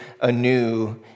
anew